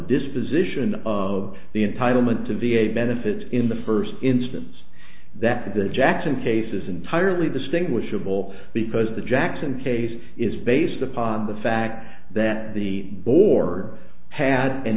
disposition of the entitlement to v a benefits in the first instance that the jackson case is entirely distinguishable because the jackson case is based upon the fact that the board had an